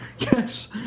Yes